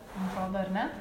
man atrodo ar ne